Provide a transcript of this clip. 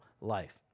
life